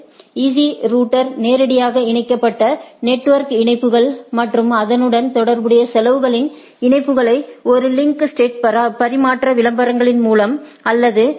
easy router நேரடியாக இணைக்கப்பட்ட network இணைப்புகள் மற்றும் அதனுடன் தொடர்புடைய செலவுகளின் இணைப்புகளை ஒரு லிங்க் ஸ்டேட் பரிமாற்ற விளம்பரங்களின் மூலம் அல்லது எல்